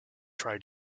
try